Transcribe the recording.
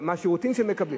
מה השירותים שהם מקבלים?